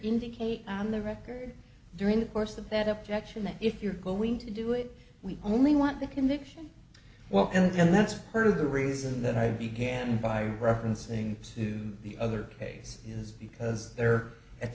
indicate on the record during the course of that up direction that if you're going to do it we only want the conviction well and that's part of the reason that i began by referencing to the other case is because there at